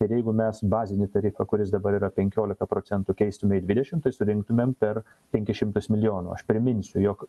ir jeigu mes bazinį tarifą kuris dabar yra penkiolika procentų keistume į dvidešimt tai surinktumėm per penkis šimtus milijonų aš priminsiu jog